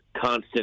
constant